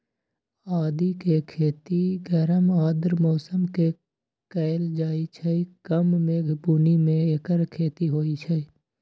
आदिके खेती गरम आर्द्र मौसम में कएल जाइ छइ कम मेघ बून्नी में ऐकर खेती होई छै